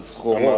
של סחורות